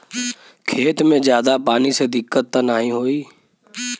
खेत में ज्यादा पानी से दिक्कत त नाही होई?